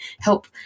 help